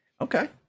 Okay